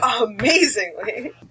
Amazingly